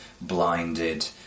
blinded